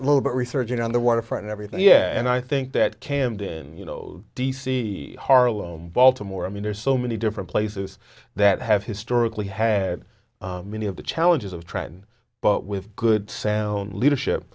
been researching on the waterfront everything yeah and i think that camden you know d c harlem baltimore i mean there's so many different places that have historically had many of the challenges of trenton but with good sound leadership